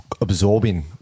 absorbing